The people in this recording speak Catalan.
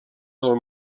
del